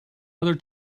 other